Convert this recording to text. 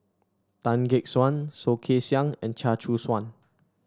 Tan Gek Suan Soh Kay Siang and Chia Choo Suan